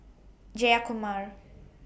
Jayakumar